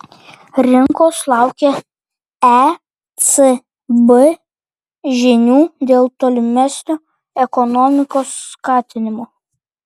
rinkos laukia ecb žinių dėl tolimesnio ekonomikos skatinimo